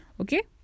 Okay